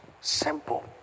Simple